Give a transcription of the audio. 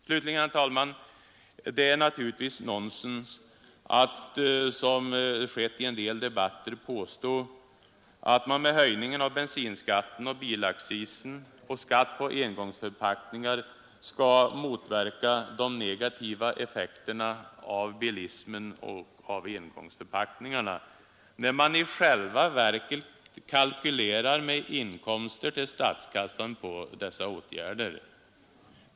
Slutligen, herr talman, är det naturligtvis nonsens att, som skett i en del debatter, påstå att man med höjningen av bensinskatten och bilaccisen och skatt på engångsförpackningar skall motverka de negativa effekterna av bilismen och engångsförpackningarna, när man i själva verket kalkylerar med inkomster till statskassan av dessa åtgärder.